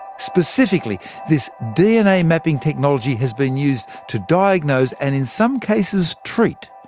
specifically, this dna mapping technology has been used to diagnose, and in some cases treat,